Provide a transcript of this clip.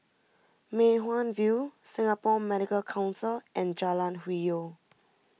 Mei Hwan View Singapore Medical Council and Jalan Hwi Yoh